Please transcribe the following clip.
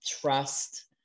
trust